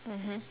mmhmm